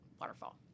waterfall